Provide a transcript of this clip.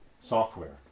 software